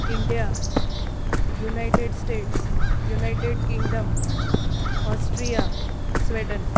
India United States United Kingdom Austria Sweden